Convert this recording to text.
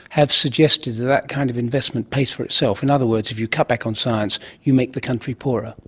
have suggested that that kind of investment pays for itself. in other words, if you cut back on science you make the country poorer.